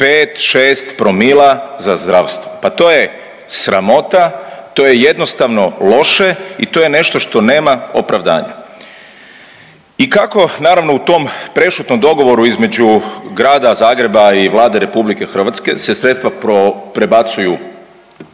je 5, 6 promila za zdravstvo. Pa to je sramota, to je jednostavno loše i to je nešto što nema opravdanja. I kako naravno u tom prešutnom dogovoru između Grada Zagreba i Vlade RH se sredstva prebacuju